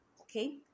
okay